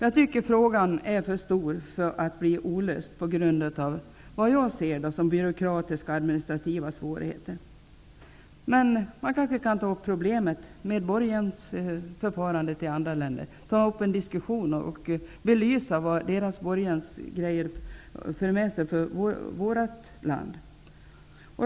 Jag tycker att frågan är för stor för att bli olöst på grund av, vad jag ser det som, byråkratiska och administrativa svårigheter. Man kanske kan ta upp en diskussion om problemet med borgensförfarandet i andra länder och belysa vad deras borgensförfarande medför för vårt land.